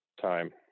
time